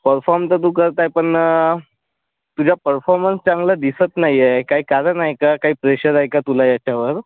perform तर तू करत आहे पण तुझ्या परफॉर्मन्स चांगला दिसत नाही आहे काही कारण आहे का कही प्रेशर आहे का तुला याच्यावर